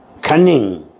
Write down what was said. cunning